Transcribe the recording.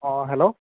অঁ হেল্ল'